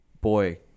boy